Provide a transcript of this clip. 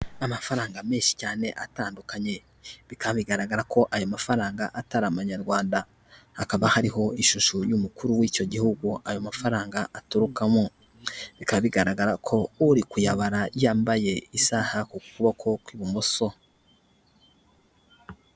Amafaranga menshi cyane atandukanye, bikaba bigaragara ko aya mafaranga atari amanyarwanda, hakaba hariho ishusho y'umukuru w'icyo gihugu ayo mafaranga aturukamo, bikaba bigaragara ko uri kuyabara yambaye isaha ku kuboko kw'ibumoso.